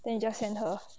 then we just sent her